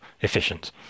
efficient